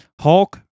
Hulk